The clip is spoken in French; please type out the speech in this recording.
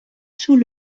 sous